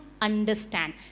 understand